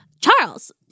Charles